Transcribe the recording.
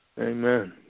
Amen